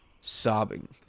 sobbing